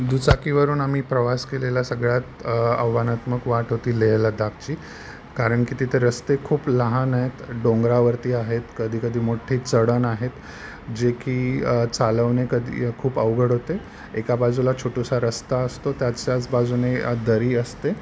दुचाकीवरून आम्ही प्रवास केलेला सगळ्यात आव्हानात्मक वाट होती लेह लद्दाखची कारण की तिथे रस्ते खूप लहान आहेत डोंगरावरती आहेत कधीकधी मोठ्ठी चढण आहेत जे की चालवणे कधी खूप अवघड होते एका बाजूला छोटासा रस्ता असतो त्याच्याच बाजूने दरी असते